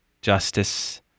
justice